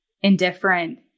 indifferent